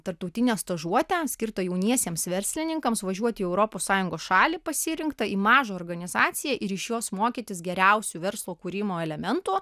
tarptautinę stažuotę skirtą jauniesiems verslininkams važiuoti į europos sąjungos šalį pasirinktą į maža organizacija ir iš jos mokytis geriausių verslo kūrimo elementų